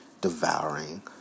devouring